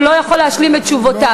הוא לא יכול להשלים את תשובותיו.